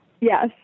Yes